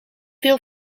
veel